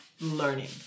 learning